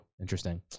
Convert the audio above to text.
Interesting